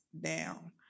down